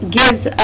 gives